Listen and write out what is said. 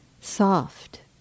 soft